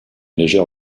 légère